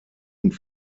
und